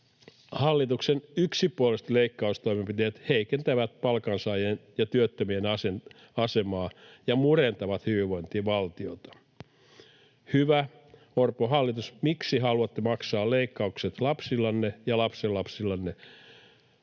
Hallituksen yksipuoliset leikkaustoimenpiteet heikentävät palkansaajien ja työttömien asemaa ja murentavat hyvinvointivaltiota. Hyvä Orpon hallitus, miksi haluatte maksaa leikkaukset lapsillanne ja lapsenlapsillanne?